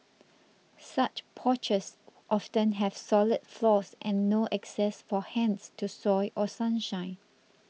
such porches often have solid floors and no access for hens to soil or sunshine